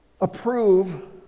approve